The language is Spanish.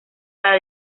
para